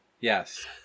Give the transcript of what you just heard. Yes